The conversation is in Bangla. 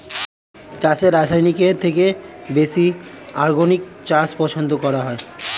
চাষে রাসায়নিকের থেকে বেশি অর্গানিক চাষ পছন্দ করা হয়